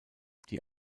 die